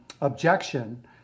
objection